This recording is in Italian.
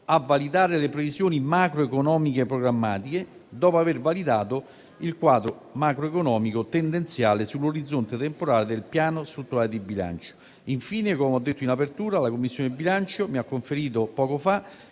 a validare le previsioni macroeconomiche programmatiche, dopo aver validato il quadro macroeconomico tendenziale sull'orizzonte temporale del Piano strutturale di bilancio. Infine, come ho detto in apertura, la Commissione programmazione economica,